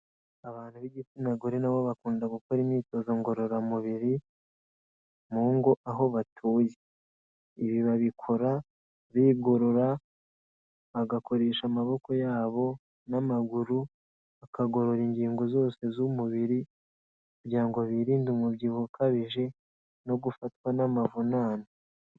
Abantu b'igitsina gore nabo bakunda gukora imyitozo ngororamubiri mu ngo aho batuye. Ibi babikora bigorora, bagakoresha amaboko yabo n'amaguru, bakagorora ingingo zose z'umubiri kugira ngo birinde umubyibuho ukabije no gufatwa n'amavunane.